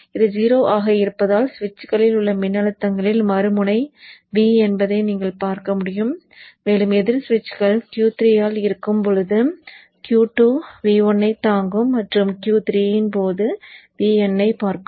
இது 0 ஆக இருப்பதால் சுவிட்சுகளில் உள்ள மின்னழுத்தங்களில் மறுமுனை V என்பதை நீங்கள் பார்க்க முடியும் மேலும் எதிர் சுவிட்சுகள் Q 3 இல் இருக்கும்போது Q2 Vin ஐத் தாங்கும் மற்றும் Q3 இன் போது Vin ஐப் பார்க்கும்